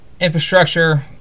infrastructure